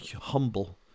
humble